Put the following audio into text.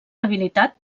habilitat